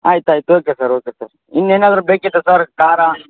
ಆಯ್ತು ಆಯ್ತು okay sir okay sir ಇನ್ನೇನಾದರು ಬೇಕಿತ್ತಾ ಸರ್ ಖಾರ